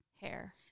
hair